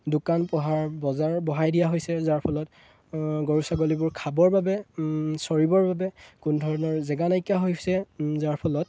দোকান পোহাৰ বজাৰ বঢ়াই দিয়া হৈছে যাৰ ফলত গৰু ছাগলীবোৰ খাবৰ বাবে চৰিবৰ বাবে কোনো ধৰণৰ জেগা নাইকিয়া হৈছে যাৰ ফলত